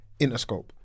Interscope